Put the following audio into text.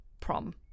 Prom